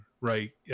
right